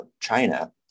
China